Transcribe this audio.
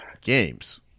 games